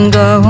go